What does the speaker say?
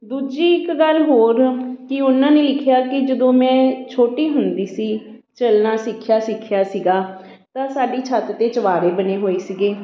ਦੂਜੀ ਇੱਕ ਗੱਲ ਹੋਰ ਕਿ ਉਹਨਾਂ ਨੇ ਲਿਖਿਆ ਕਿ ਜਦੋਂ ਮੈਂ ਛੋਟੀ ਹੁੰਦੀ ਸੀ ਚੱਲਣਾ ਸਿੱਖਿਆ ਸਿੱਖਿਆ ਸੀਗਾ ਤਾਂ ਸਾਡੀ ਛੱਤ 'ਤੇ ਚੁਬਾਰੇ ਬਣੇ ਹੋਏ ਸੀਗੇ